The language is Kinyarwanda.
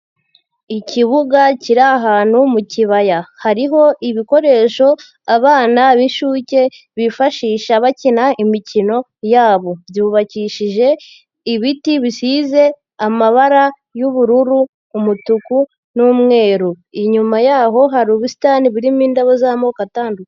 Ikibuga kiri ahantu mu kibaya, hariho ibikoresho abana b'inshuke bifashisha bakina imikino yabo. byubakishije ibiti bisize amabara y'ubururu, umutuku n'umweru, inyuma yaho hari ubusitani burimo indabo z'amoko atandu...